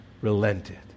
relented